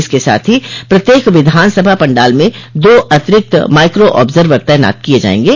इसके साथ ही प्रत्येक विधानसभा पंडाल में दो अतिरिक्त माइक्रो आर्ब्जवर तैनात किये जायेंगे